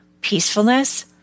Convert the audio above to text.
peacefulness